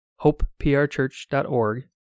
hopeprchurch.org